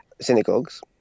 synagogues